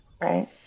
Right